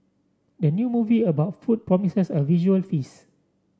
the new movie about food promises a visual feast